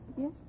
Yes